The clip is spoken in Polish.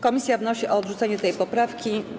Komisja wnosi o odrzucenie tej poprawki.